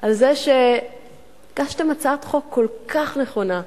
על זה שהגשתם הצעת חוק כל כך נכונה,